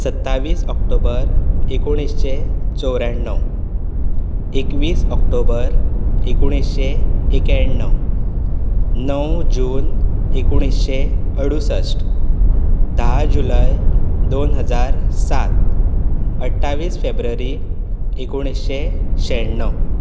सत्तावीस ऑक्टोबर एकोणिशें चौऱ्याणव एकवीस ऑक्टोबर एकोणिशें एक्याणव णव जून एकोणिशें अडूसश्ट धा जुलय दोन हजार सात अट्टावीस फेब्रुवारी एकोणिशें श्येणव